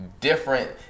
different